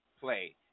Play